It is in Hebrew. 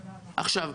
עכשיו,